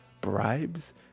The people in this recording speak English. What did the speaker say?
bribes